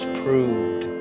proved